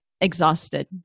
exhausted